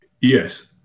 Yes